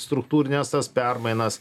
struktūrines tas permainas